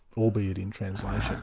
albeit in translation.